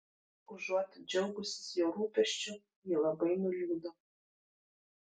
užuot džiaugusis jo rūpesčiu ji labai nuliūdo